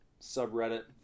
subreddit